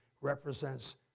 represents